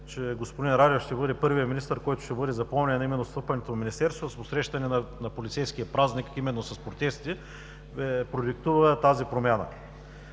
че господин Радев ще бъде първият министър, който ще бъде запомнен именно с встъпването в Министерството, с посрещане на полицейския празник с протести, което продиктува тази промяна.